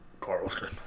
Carlson